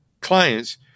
clients